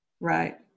Right